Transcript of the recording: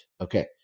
Okay